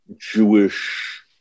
Jewish